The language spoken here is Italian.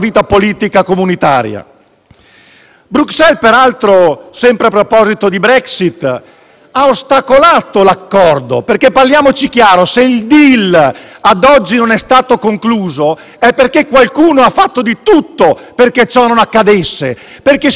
Bruxelles, peraltro, sempre a proposito di Brexit, ha ostacolato l'accordo. Parliamoci chiaro: se il *deal* ad oggi non è stato concluso è perché qualcuno ha fatto di tutto affinché ciò non accadesse, perché si volevano ammonire i Paesi europei